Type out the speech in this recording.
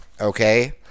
okay